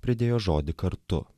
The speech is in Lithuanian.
pridėjo žodį kartu